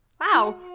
wow